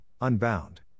Unbound